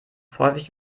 häufig